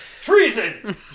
treason